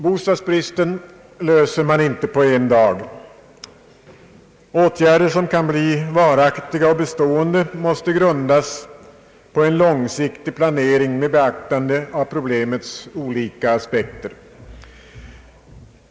Bostadsbristen häver man inte på en dag. Åtgärder som kan bli varaktiga och bestående måste grundas på en långsiktig planering med beaktande av problemets olika aspekter.